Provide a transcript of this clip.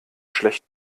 schlecht